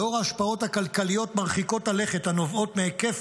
לאור ההשפעות הכלכליות מרחיקות הלכת הנובעות מהיקף